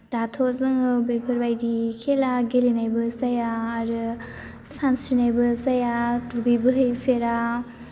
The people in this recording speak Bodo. दाथ' जोङो बेफोरबायदि खेला गेलेनायबो जाया आरो सानस्रिनायबो जाया दुगैबो हैफेरा